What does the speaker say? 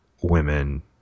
women